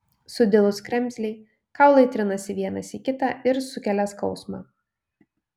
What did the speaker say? sudilus kremzlei kaulai trinasi vienas į kitą ir sukelia skausmą